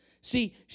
See